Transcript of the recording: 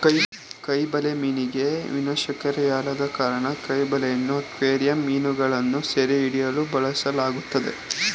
ಕೈ ಬಲೆ ಮೀನಿಗೆ ವಿನಾಶಕಾರಿಯಲ್ಲದ ಕಾರಣ ಕೈ ಬಲೆಯನ್ನು ಅಕ್ವೇರಿಯಂ ಮೀನುಗಳನ್ನು ಸೆರೆಹಿಡಿಯಲು ಬಳಸಲಾಗ್ತದೆ